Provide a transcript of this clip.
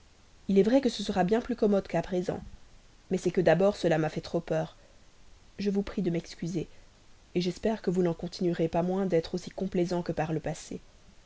il est vrai que ce sera bien plus commode qu'à présent mais c'est que d'abord cela m'a fait trop peur je vous prie de m'excuser j'espère que vous n'en continuerez pas moins à être aussi complaisant que par le passé